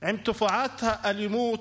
עם תופעת האלימות,